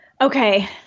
Okay